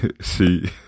see